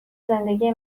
زندگی